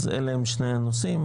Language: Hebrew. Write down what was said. אז אלה הם שני הנושאים,